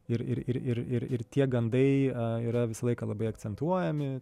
ir ir ir ir tie gandai yra visą laiką labai akcentuojami